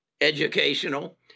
educational